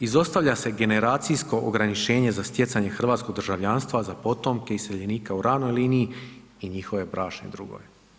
Izostavlja se generacijsko ograničenje za stjecanje hrvatskog državljanstva za potomke iseljenika u ranoj liniji i njihove bračne drugove.